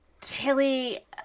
Tilly